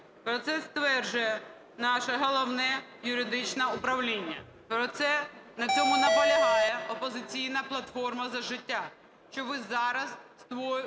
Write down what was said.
про це стверджує наше Головне юридичне управління, на цьому наполягає "Опозиційна платформа - За життя". Що ви зараз проводите